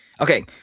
Okay